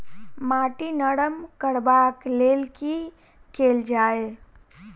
माटि नरम करबाक लेल की केल जाय?